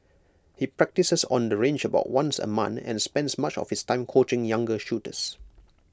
he practises on the range about once A month and spends much of his time coaching younger shooters